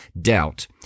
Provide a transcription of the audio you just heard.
doubt